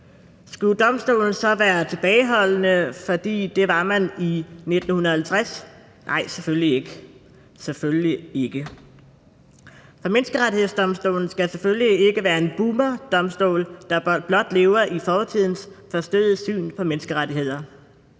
Skulle domstolen så være tilbageholdende, fordi man var det i 1950? Nej, selvfølgelig ikke, selvfølgelig ikke. For Menneskerettighedsdomstolen skal selvfølgelig ikke være en boomerdomstol, der blot lever i fortidens forstokkede syn på menneskerettigheder.